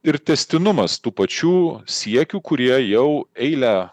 ir tęstinumas tų pačių siekių kurie jau eilę